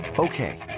Okay